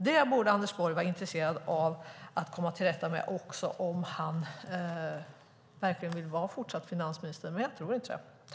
Det borde Anders Borg vara intresserad av att komma till rätta med också om han verkligen vill fortsätta att vara finansminister. Men jag tror inte det.